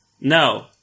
No